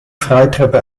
freitreppe